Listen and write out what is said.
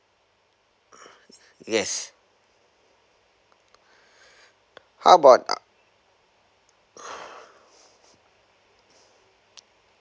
yes how about uh